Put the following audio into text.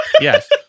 Yes